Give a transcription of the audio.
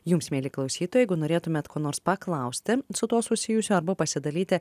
jums mieli klausytojai jeigu norėtumėt ko nors paklausti su tuo susijusio arba pasidalyti